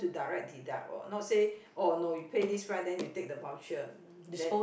direct deduct not say oh no you pay this price then you take the voucher then